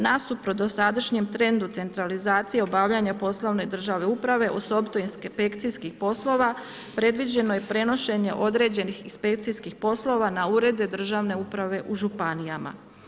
Nasuprot dosadašnjem trendu centralizacije obavljanja državne uprave osobito inspekcijskih poslova, predviđeno je prenošenje određenih inspekcijskih poslova na urede državne uprave u županijama.